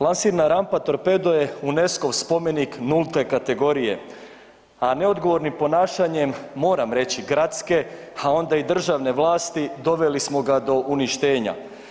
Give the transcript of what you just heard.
Lansirna rampa Torpedo je UNESCO-ov spomenik nulte kategorije, a neodgovornim ponašanjem, moram reći, gradske, a onda i državne vlasti, doveli smo ga do uništenja.